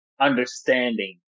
understanding